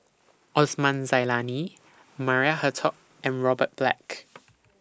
Osman Zailani Maria Hertogh and Robert Black